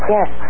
Yes